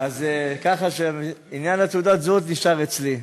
ככה שעניין תעודת הזהות נשאר אצלי.